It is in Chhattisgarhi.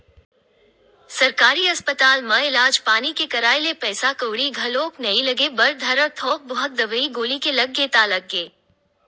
सरकारी अस्पताल म इलाज पानी के कराए ले पइसा कउड़ी घलोक नइ लगे बर धरय थोक बहुत दवई गोली के लग गे ता लग गे